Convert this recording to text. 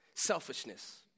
selfishness